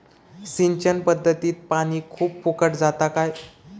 सिंचन पध्दतीत पानी खूप फुकट जाता काय?